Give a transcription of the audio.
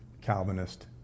Calvinist